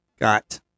got